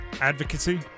advocacy